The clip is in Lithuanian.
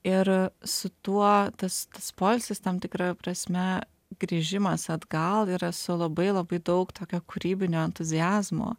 ir su tuo tas poilsis tam tikra prasme grįžimas atgal yra su labai labai daug tokio kūrybinio entuziazmo